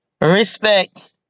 Respect